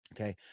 okay